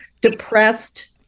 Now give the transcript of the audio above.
depressed